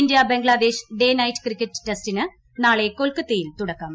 India Bangladesh day night cricket ടെസ്റ്റിന് നാളെ കൊൽക്കത്തയിൽ തുടക്കം